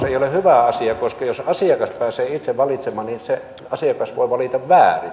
ei ole hyvä asia koska jos asiakas pääsee itse valitsemaan niin se asiakas voi valita